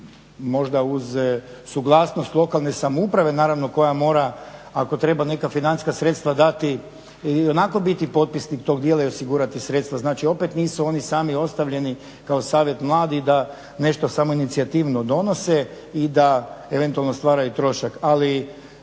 možda uz suglasnost lokalne samouprave, naravno koja mora ako treba neka financijska sredstva dati i onako biti potpisnik tog dijela i osigurati sredstva. Znači opet nisu oni sami ostavljeni kao Savjet mladih da nešto samoinicijativno donose i da eventualno stvaraju trošak.